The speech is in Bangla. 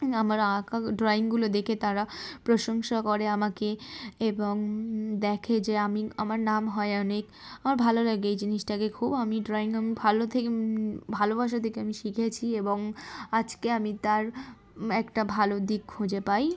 আমার আঁকা ড্রয়িংগুলো দেখে তারা প্রশংসা করে আমাকে এবং দেখে যে আমি আমার নাম হয় অনেক আমার ভালো লাগে এই জিনিসটাকে খুব আমি ড্রয়িং ভালো থেকে ভালোবাসা থেকে আমি শিখেছি এবং আজকে আমি তার একটা ভালো দিক খুঁজে পাই